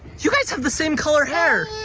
you guys have the same color hair!